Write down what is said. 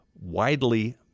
widely